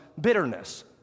bitterness